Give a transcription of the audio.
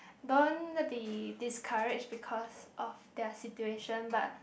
don't be discourage because of their situation but